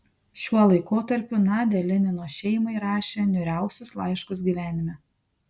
šiuo laikotarpiu nadia lenino šeimai rašė niūriausius laiškus gyvenime